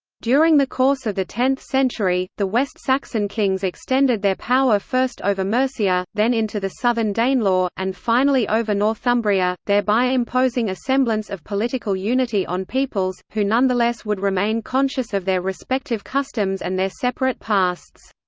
during the course of the tenth century, the west saxon kings extended their power first over mercia, then into the southern danelaw, and finally over northumbria, thereby imposing a semblance of political unity on peoples, who nonetheless would remain conscious of their respective customs and their separate pasts.